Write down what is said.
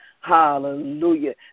Hallelujah